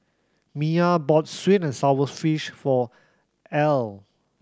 Miya bought sweet and sour fish for Earle